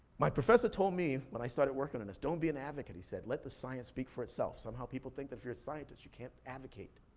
my professor told me when i started working on this, don't be an advocate, he said. let the science speak for itself. somehow people think that if you're a scientist, you can't advocate.